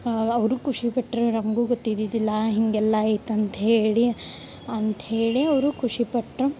ಅವರು ಖುಷಿಪಟ್ರ ನಮಗೂ ಗೊತ್ತಿದಿದಿಲ್ಲ ಹೀಗೆಲ್ಲ ಐತ ಅಂತ್ಹೇಳಿ ಅಂತ್ಹೇಳಿ ಅವರು ಖುಷಿಪಟ್ರ